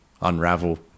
unravel